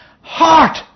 heart